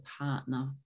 partner